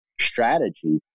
Strategy